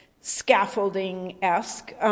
scaffolding-esque